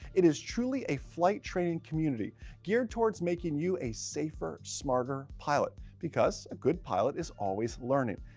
it is truly a flight training community geared towards making you a safer, smarter pilot because a good pilot is always learning.